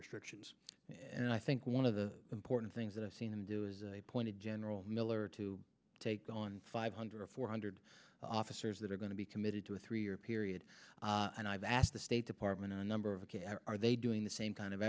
restrictions and i think one of the important things that i've seen him do is a point of general miller to take on five hundred or four hundred officers that are going to be committed to a three year period and i've asked the state department a number of are they doing the same kind of